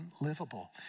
unlivable